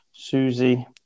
Susie